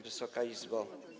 Wysoka Izbo!